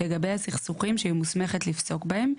לגבי הסכסוכים שהיא מוסמכת לפסוק בהם,